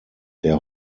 der